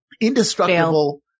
indestructible